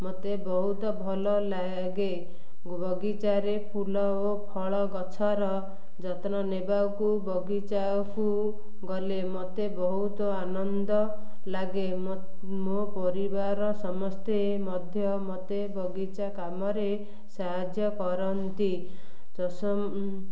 ମୋତେ ବହୁତ ଭଲ ଲାଗେ ବଗିଚାରେ ଫୁଲ ଓ ଫଳ ଗଛର ଯତ୍ନ ନେବାକୁ ବଗିଚାକୁ ଗଲେ ମୋତେ ବହୁତ ଆନନ୍ଦ ଲାଗେ ମୋ ମୋ ପରିବାର ସମସ୍ତେ ମଧ୍ୟ ମୋତେ ବଗିଚା କାମରେ ସାହାଯ୍ୟ କରନ୍ତି ଚଷ